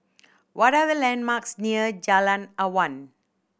what are the landmarks near Jalan Awan